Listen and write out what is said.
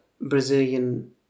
Brazilian